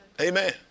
Amen